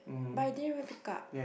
but I didn't wear pick up